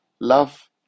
Love